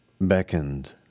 beckoned